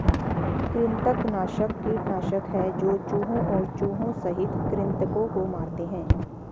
कृंतकनाशक कीटनाशक है जो चूहों और चूहों सहित कृन्तकों को मारते है